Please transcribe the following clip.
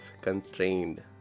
constrained